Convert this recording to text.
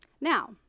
now